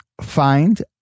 find